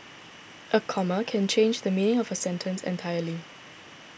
a comma can change the meaning of a sentence entirely